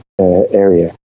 area